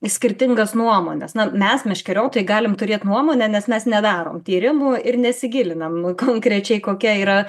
skirtingas nuomones na mes meškeriotojai galim turėt nuomonę nes mes nedarom tyrimų ir nesigilinam konkrečiai kokia yra